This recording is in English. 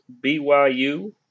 BYU